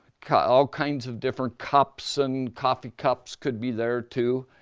kinds ah kinds of different cups and coffee cups could be there too.